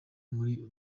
kuri